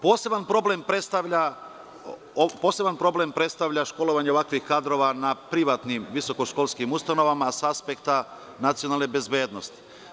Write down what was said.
Poseban problem predstavlja školovanje ovakvih kadrova na privatnim visokoškolskim ustanovama sa aspekta nacionalne bezbednosti.